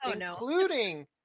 including